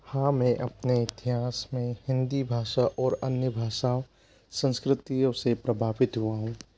हाँ मैं अपने इतिहास में हिंदी भाषा और अन्य भाषाओं संस्कृतियों से प्रभावित हुआ हूँ